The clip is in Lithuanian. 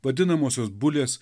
vadinamosios bulės